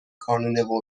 کانون